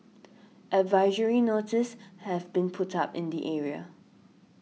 advisory notices have been put up in the area